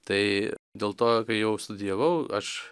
tai dėl to kai jau studijavau aš